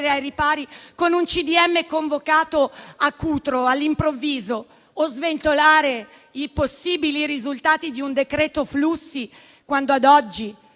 ministri convocato a Cutro all'improvviso o sventolare i possibili risultati di un decreto flussi quando ad oggi